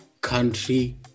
country